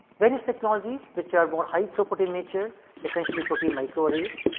various technologies which are more high throughput in nature essentially protein microarrays,